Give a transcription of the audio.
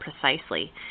precisely